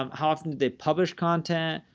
um how often did they publish content?